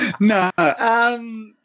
No